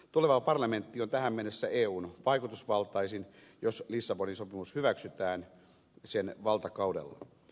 tuleva parlamentti on tähän mennessä eun vaikutusvaltaisin jos lissabonin sopimus hyväksytään sen valtakaudella